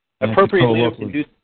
appropriately